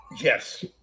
Yes